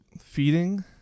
feeding